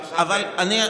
כשמסתכלים עכשיו, במאי